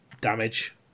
damage